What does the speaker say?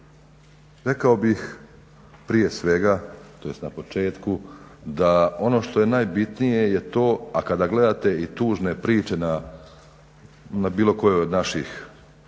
Rekao bih prije svega tj. na početku da ono što je najbitnije je to, a kada gledate i tužne priče na bilo kojoj od naših